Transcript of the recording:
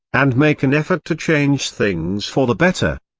and make an effort to change things for the better.